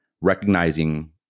recognizing